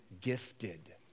gifted